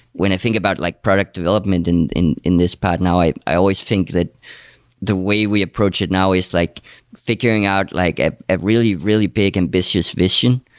when i think about like product development and in in this part now, i i always think that the way we approach it now is like figuring out like ah a really, really big ambitious vision.